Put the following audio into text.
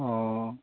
অঁ